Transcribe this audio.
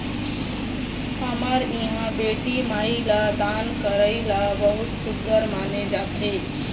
हमर इहाँ बेटी माई ल दान करई ल बहुत सुग्घर माने जाथे